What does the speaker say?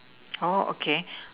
oh okay